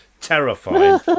terrifying